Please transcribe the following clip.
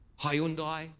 Hyundai